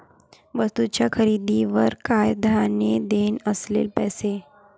वस्तूंच्या खरेदीवर कायद्याने देय असलेले पैसे